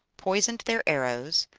poisoned their arrows,